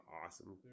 awesome